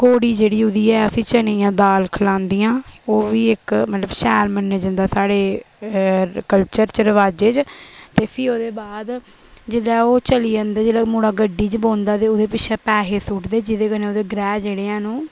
घोड़ी जेह्ड़ी ओह्दी ऐ उसी चने दियां दाल खलांदिया ओह् बी जेह्ड़ी इक मतलब शैल मन्नेआ जन्दा साढ़ै कल्चर च रवाजे च ते फ्ही ओह्दे बाद जेल्लै ओह् चली जन्दे जेल्लै मुड़ा गड्डी च बौह्न्दा ते ओह्दे पिच्छें पैहे सुट्टदे जेह्दे कन्नै ओह्दे ग्रैह् जेह्ड़े हैन ओह्